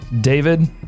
David